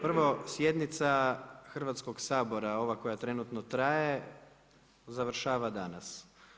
Prvo sjednica Hrvatskog sabora, ova koja trenutno traje završava danas.